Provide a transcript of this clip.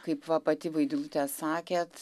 kaip pati vaidilute sakėt